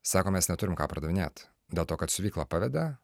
sako mes neturim ką pardavinėt dėl to kad siuvykla pavedė